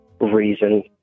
reason